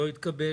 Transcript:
לא התקבל.